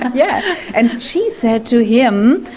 yeah and she said to him,